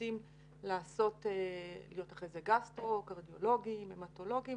רוצים להיות אחרי זה גסטרו או קרדיולוגים או המטולוגים,